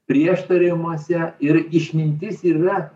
prieštaravimuose ir išmintis ir yra